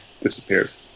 disappears